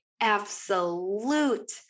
absolute